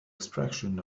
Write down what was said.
expression